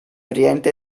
oriente